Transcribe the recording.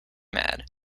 mad